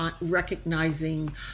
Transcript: recognizing